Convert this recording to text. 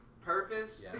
purpose